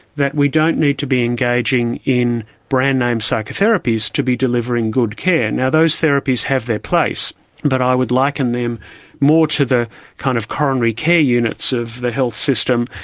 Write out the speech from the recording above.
that we don't need to be engaging in brand-name psychotherapies to be delivering good care. and those therapies have their place but i would liken them more to the kind of coronary care units of the health system.